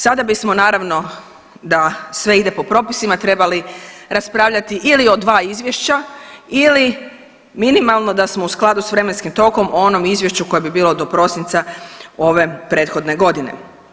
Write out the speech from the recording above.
Sada bismo naravno da sve ide po propisima trebali raspravljati ili o dva izvješća ili minimalno da smo u skladu sa vremenskim tokom o onom izvješću koje bi bilo do prosinca ove prethodne godine.